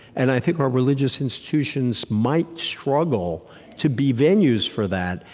and i think our religious institutions might struggle to be venues for that.